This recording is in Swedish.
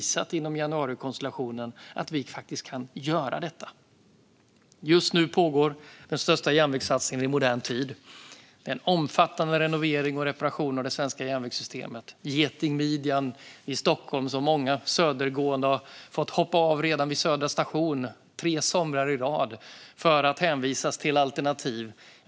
Vi har inom januarikonstellationen visat att vi kan göra detta. Just nu pågår den största järnvägssatsningen i modern tid. Det är en omfattande renovering och reparation av det svenska järnvägssystemet, till exempel Getingmidjan i Stockholm. Många som reser söderifrån har tre somrar i rad fått hoppa av redan vid Södra station för att hänvisas till alternativ.